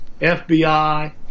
FBI